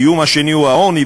האיום השני הוא העוני,